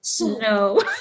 No